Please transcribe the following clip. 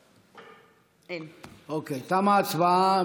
אוקיי, תמה ההצבעה.